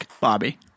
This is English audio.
Bobby